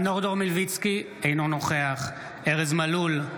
אינו נוכח ארז מלול,